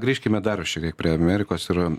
grįžkime dar šiek tiek prie amerikos ir